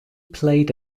played